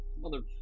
mother